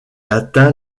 atteint